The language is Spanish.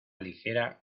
ligera